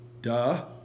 Duh